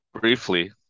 Briefly